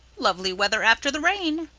lovely weather after the rain,